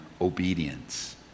obedience